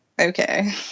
okay